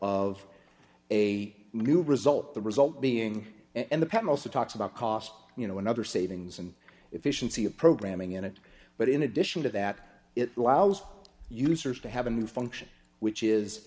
of a new result the result being and the panel so talks about costs you know another savings and efficiency of programming in it but in addition to that it allows users to have a new function which is